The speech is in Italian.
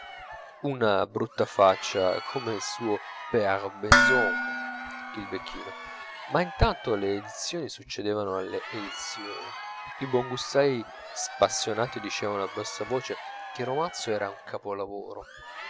una brutta faccia come il suo père bezougue il becchino ma intanto le edizioni succedevano alle edizioni i buongustai spassionati dicevano a bassa voce che il romanzo era un capolavoro